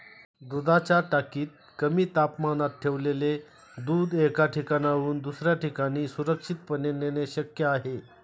दुधाच्या टाकीत कमी तापमानात ठेवलेले दूध एका ठिकाणाहून दुसऱ्या ठिकाणी सुरक्षितपणे नेणे शक्य आहे